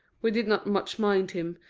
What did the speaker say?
we did not much mind him,